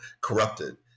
corrupted